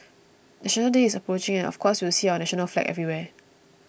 National Day is approaching and of course you'll see our national flag everywhere